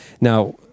Now